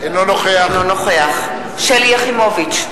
אינו נוכח שלי יחימוביץ,